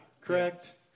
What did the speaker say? correct